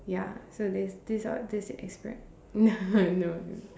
ya so there's this uh this spread no no